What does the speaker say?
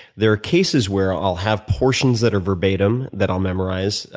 there are cases where i'll have portions that are verbatim that i'll memorize,